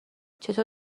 چطور